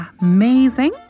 amazing